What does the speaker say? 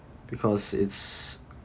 because it's